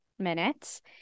minutes